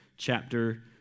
Chapter